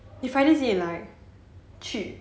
you friday 几点来去